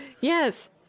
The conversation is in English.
Yes